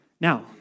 Now